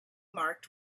marked